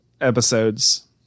episodes